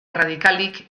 erradikalik